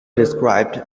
described